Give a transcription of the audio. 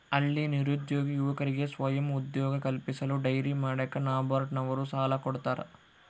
ಹಳ್ಳಿ ನಿರುದ್ಯೋಗಿ ಯುವಕರಿಗೆ ಸ್ವಯಂ ಉದ್ಯೋಗ ಕಲ್ಪಿಸಲು ಡೈರಿ ಮಾಡಾಕ ನಬಾರ್ಡ ನವರು ಸಾಲ ಕೊಡ್ತಾರ